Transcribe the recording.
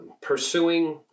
pursuing